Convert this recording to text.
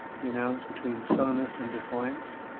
he announced, between sullenness and defiance.